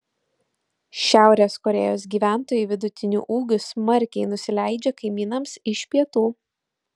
šiaurės korėjos gyventojai vidutiniu ūgiu smarkiai nusileidžia kaimynams iš pietų